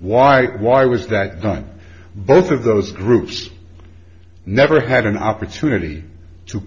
why why was that done both of those groups never had an opportunity to